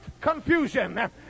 confusion